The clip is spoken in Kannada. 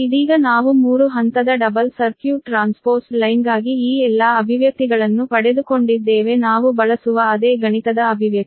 ಇದೀಗ ನಾವು 3 ಹಂತದ ಡಬಲ್ ಸರ್ಕ್ಯೂಟ್ ಟ್ರಾನ್ಸ್ಪೋಸ್ಡ್ ಲೈನ್ಗಾಗಿ ಈ ಎಲ್ಲಾ ಅಭಿವ್ಯಕ್ತಿಗಳನ್ನು ಪಡೆದುಕೊಂಡಿದ್ದೇವೆ ನಾವು ಬಳಸುವ ಅದೇ ಗಣಿತದ ಅಭಿವ್ಯಕ್ತಿ